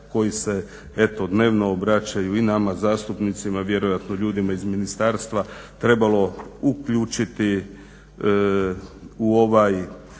koji se dnevno obraćaju i nama zastupnicima, vjerojatno ljudima iz Ministarstva, trebalo uključiti u ovakvo